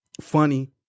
funny